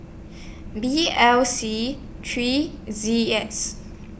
B L C three Z X